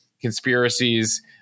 Conspiracies